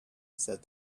said